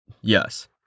Yes